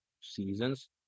seasons